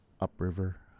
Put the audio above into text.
upriver